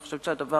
ואני חושבת שהדבר